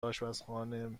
آشپزخانه